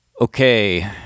Okay